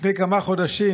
לפני כמה חודשים,